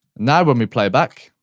now when we play back,